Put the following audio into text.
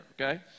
Okay